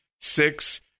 Six